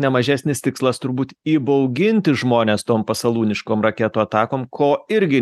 nemažesnis tikslas turbūt įbauginti žmones tom pasalūniškom raketų atakom ko irgi